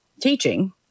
teaching